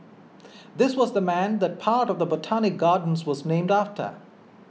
this was the man that part of the Botanic Gardens was named after